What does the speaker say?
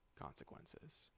consequences